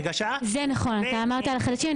זה נכון, אמרת לגבי החדשים.